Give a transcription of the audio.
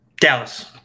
Dallas